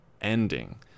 ending